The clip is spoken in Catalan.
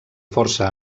força